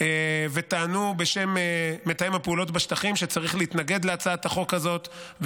וטענו בשם מתאם הפעולות בשטחים שצריך להתנגד להצעת החוק הזאת,